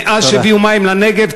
מאז שהביאו מים לנגב,